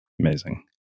Amazing